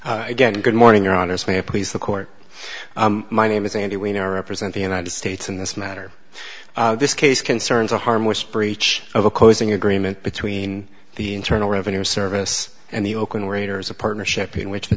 again good morning your honor sam please the court my name is andy wiener represent the united states in this matter this case concerns a harmless breach of a closing agreement between the internal revenue service and the oakland raiders a partnership in which the